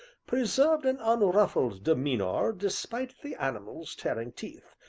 preserved an unruffled demeanor despite the animal's tearing teeth,